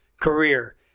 career